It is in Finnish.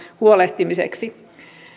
huolehtimiseksi